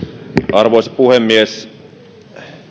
arvoisa puhemies